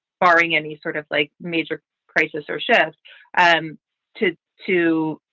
barring any sort of like major crisis or chefs and to to